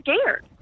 scared